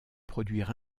produire